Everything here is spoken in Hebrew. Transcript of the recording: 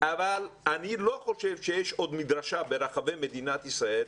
אבל אני לא חושב שיש עוד מדרשה ברחבי מדינת ישראל,